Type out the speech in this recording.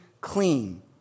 clean